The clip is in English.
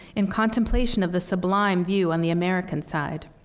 in contemplation of the sublime view on the american side.